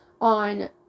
on